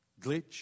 glitch